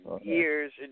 years